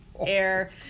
Air